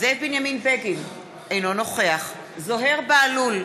זאב בנימין בגין, אינו נוכח זוהיר בהלול,